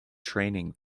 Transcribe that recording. training